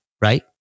right